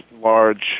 large